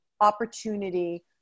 opportunity